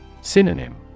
Synonym